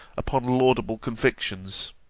upon laudable convictions.